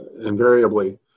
invariably